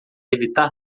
evitar